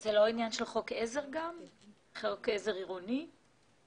זה גם לא עניין של חוק עזר עירוני שמסמיך?